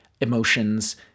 emotions